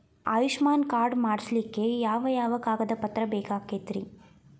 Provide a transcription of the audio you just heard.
Ayushman card ಮಾಡ್ಸ್ಲಿಕ್ಕೆ ಯಾವ ಯಾವ ಕಾಗದ ಪತ್ರ ಬೇಕಾಗತೈತ್ರಿ?